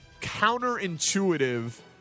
counterintuitive